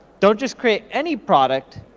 don't just create any product,